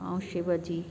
ऐं शिव जी